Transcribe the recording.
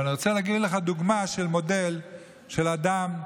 אבל אני